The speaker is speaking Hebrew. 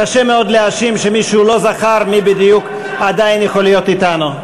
קשה מאוד להאשים שמישהו לא זכר מי בדיוק עדיין יכול להיות אתנו.